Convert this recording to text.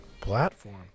Platform